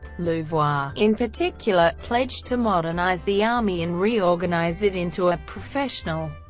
louvois, in particular, pledged to modernize the army and re-organize it into a professional,